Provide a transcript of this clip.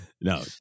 No